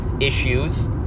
issues